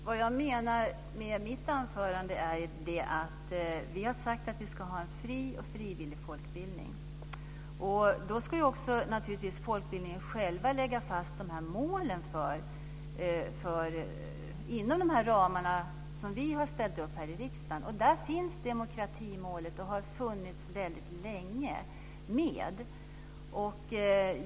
Fru talman! Jag sade i mitt anförande att vi ska ha en fri och frivillig folkbildning. Folkbildningen ska naturligtvis själv lägga fast målen inom de ramar som vi här i riksdagen har ställt upp. Däribland finns demokratimålet med, och det har funnits med väldigt länge.